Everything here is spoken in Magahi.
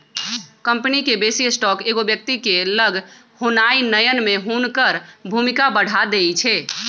कंपनी के बेशी स्टॉक एगो व्यक्ति के लग होनाइ नयन में हुनकर भूमिका बढ़ा देइ छै